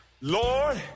Lord